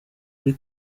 muri